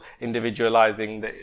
individualizing